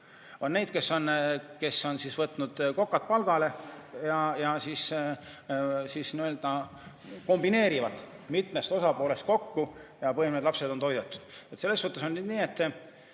On neid, kes on võtnud kokad palgale ja kombineerivad mitmest osapoolest kokku ja põhimõtteliselt lapsed on toidetud. Selles